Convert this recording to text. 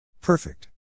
Perfect